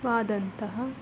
ವಾದಂತಹ